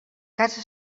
casa